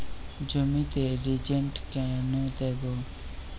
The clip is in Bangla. জমিতে রিজেন্ট কেন দেবো?